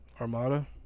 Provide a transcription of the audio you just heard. Armada